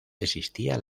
existía